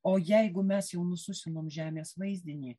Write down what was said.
o jeigu mes jau nususinom žemės vaizdinį